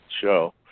show